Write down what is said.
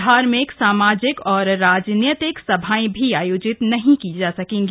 धार्मिक सामाजिक और राजनीतिक सभाएं भी आयोजित नहीं की जा सकेंगी